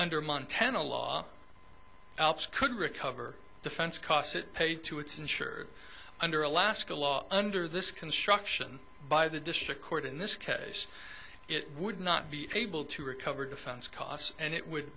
under montana law alps could recover defense costs it paid to its insured under alaska law under this construction by the district court in this case it would not be able to recover defense costs and it would